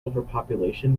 overpopulation